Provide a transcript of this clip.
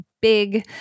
big